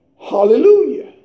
Hallelujah